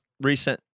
recent